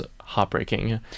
heartbreaking